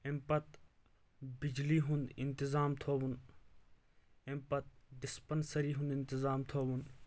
اَمہِ پَتہٕ بِجلی ہُنٛد انتظام تھووُن اَمہِ پَتہٕ ڈِسپینسری ہُنٛد انتظام تھووُن